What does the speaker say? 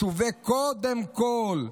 האם מצווה קודם כול,